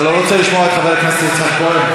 אתה לא רוצה לשמוע את חבר הכנסת יצחק כהן?